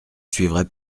suivrai